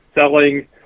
selling